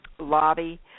Lobby